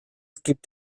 gibt